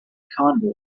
convoy